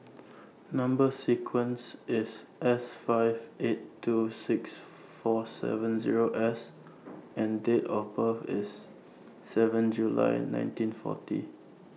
Number sequence IS S five eight two six four seven Zero S and Date of birth IS seven July nineteen forty